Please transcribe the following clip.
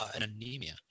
anemia